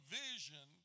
vision